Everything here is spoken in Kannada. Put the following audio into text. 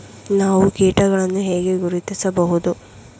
ನಾವು ಕೀಟಗಳನ್ನು ಹೇಗೆ ಗುರುತಿಸಬಹುದು?